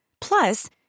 Plus